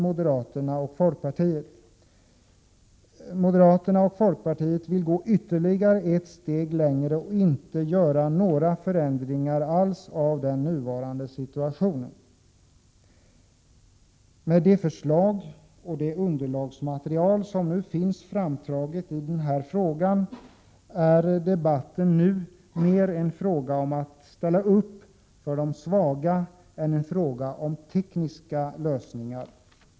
Moderaterna och folkpartiet vill gå ytterligare ett steg längre och inte göra några förändringar alls av den nuvarande situationen. Med de förslag och det underlagsmaterial som finns framtaget i den här frågan är debatten nu mer en fråga om att ställa upp för de svaga än en fråga om tekniska lösningar.